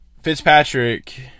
Fitzpatrick